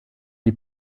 die